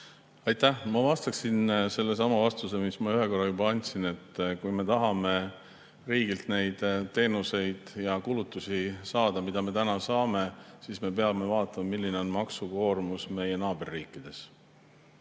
Aitäh! Ma vastaksin sellesama vastusega, mis ma ühe korra juba andsin: kui me tahame riigilt neid teenuseid ja kulutusi saada, mida me täna saame, siis me peame vaatama, milline on maksukoormus meie naaberriikides.